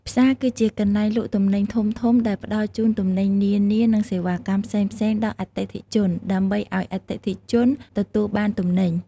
ផ្សារគឺជាកន្លែងលក់ទំនិញធំៗ ដែលផ្តល់ជូនទំនិញនានា និងសេវាកម្មផ្សេងៗដល់អតិថិជន ដើម្បីឲ្យអតិថិជនទទួលបានទំនិញ។